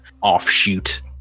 offshoot